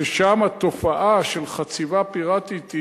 ששם רוב התופעה של חציבה פיראטית.